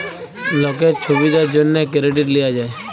লকের ছুবিধার জ্যনহে কেরডিট লিয়া যায়